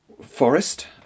forest